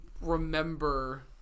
remember